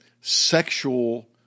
sexual